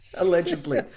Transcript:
Allegedly